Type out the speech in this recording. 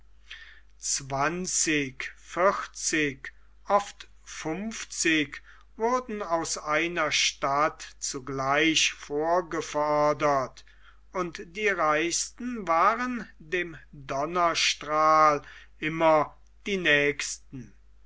zwanzig vierzig oft fünfzig wurden aus einer stadt zugleich vorgefordert und die reichsten waren dem donnerstrahl immer die nächsten